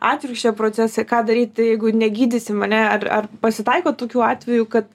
atvirkščią procesą ką daryt jeigu negydysim ane ar pasitaiko tokių atvejų kad